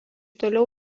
toliau